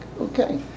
Okay